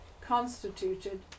constituted